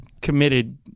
committed